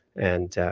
and